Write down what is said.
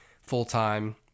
full-time